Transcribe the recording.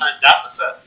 deficit